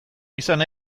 izan